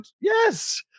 yes